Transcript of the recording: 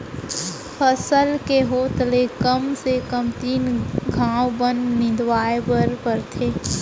फसल के होत ले कम से कम तीन घंव बन निंदवाए बर परथे